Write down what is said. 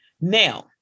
now